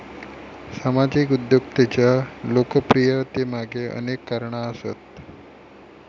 सामाजिक उद्योजकतेच्या लोकप्रियतेमागे अनेक कारणा आसत